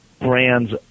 brands